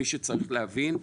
מי שצריך להבין,